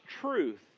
truth